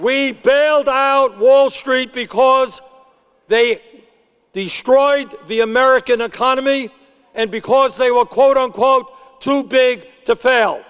we bailed out wall street because they say the straw and the american economy and because they were quote unquote too big to fail